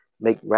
make